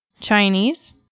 Chinese